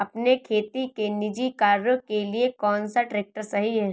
अपने खेती के निजी कार्यों के लिए कौन सा ट्रैक्टर सही है?